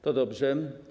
To dobrze.